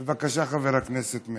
בבקשה, חבר הכנסת מאיר.